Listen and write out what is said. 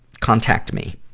contact me.